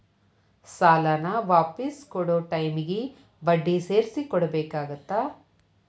ಸಾಲಾನ ವಾಪಿಸ್ ಕೊಡೊ ಟೈಮಿಗಿ ಬಡ್ಡಿ ಸೇರ್ಸಿ ಕೊಡಬೇಕಾಗತ್ತಾ